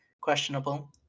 questionable